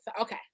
okay